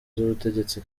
z’ubutegetsi